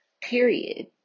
period